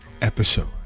episode